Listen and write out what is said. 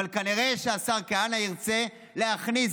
אבל כנראה שהשר כהנא ירצה כנראה להכניס